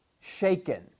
shaken